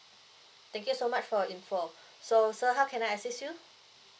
thank you so much for your info so sir how can I assist you